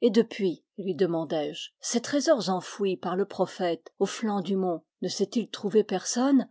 et depuis lui demandai-je ces trésors enfouis par le prophète au flanc du mont ne s'est-il trouvé personne